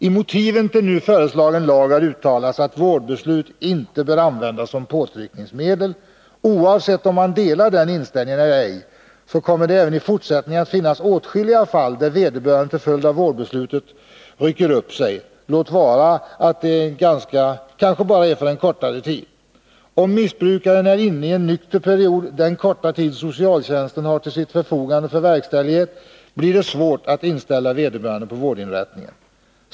I motiven till nu föreslagen lag har uttalats att vårdbeslut inte bör användas som påtryckningsmedel. Oavsett om man delar denna inställning eller ej kommer det även i fortsättningen att finnas åtskilliga fall där vederbörande till följd av vårdbeslutet rycker upp sig — låt vara att det kanske endast är för en kortare tid. Om missbrukaren är inne i en nykter period under den korta tid socialtjänsten har till sitt förfogande för verkställighet, blir det svårt att inställa vederbörande på vårdinrättningen.